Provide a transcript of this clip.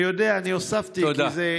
אני יודע, אני הוספתי כי זה, תודה.